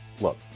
Look